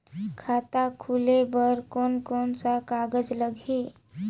खाता खुले बार कोन कोन सा कागज़ लगही?